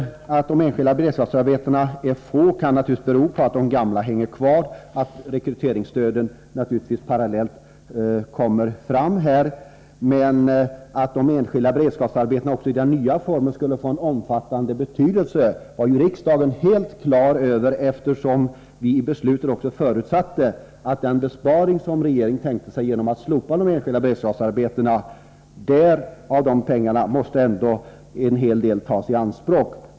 Att de enskilda beredskapsarbeten som tillkommit är få kan naturligtvis bero på att de gamla hänger kvar och att rekryteringsstöden verkar parallellt. Men att de enskilda beredskapsarbetena också i den nya formen skulle få stor betydelse var riksdagen helt klar över. I riksdagsbeslutet förutsattes också att en hel del av den besparing som regeringen tänkte sig göra genom att slopa de enskilda beredskapsarbetena ändå måste tas i anspråk.